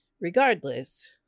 Regardless